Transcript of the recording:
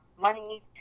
money